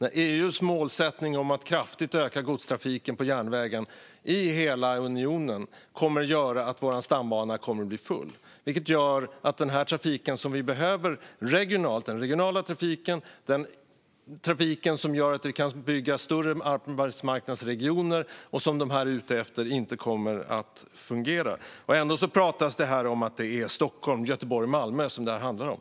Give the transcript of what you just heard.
EU:s målsättning om att kraftigt öka godstrafiken på järnvägen i hela unionen kommer att göra att våra stambanor blir fulla, vilket gör att den regionala trafiken, som gör att vi kan bygga större arbetsmarknadsregioner, inte kommer att fungera. Ändå pratas det om att det bara är Stockholm, Göteborg och Malmö det handlar om.